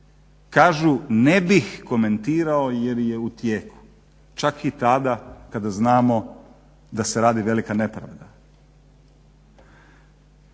Kažu ne bih komentirao jer je u tijeku. Čak i tada kada znamo da se radi velika nepravda.